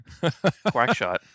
QuackShot